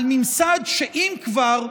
על ממסד שאם כבר,